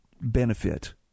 benefit